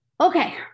okay